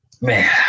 Man